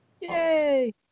Yay